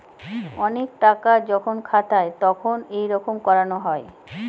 অনেক টাকা যখন খাতায় তখন এইরকম করানো হয়